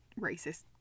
racist